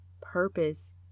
purpose